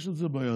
יש את זה ביהדות,